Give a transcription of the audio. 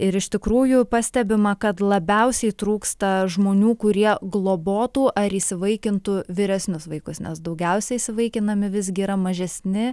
ir iš tikrųjų pastebima kad labiausiai trūksta žmonių kurie globotų ar įsivaikintų vyresnius vaikus nes daugiausiai įsivaikinami visgi yra mažesni